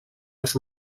als